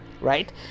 right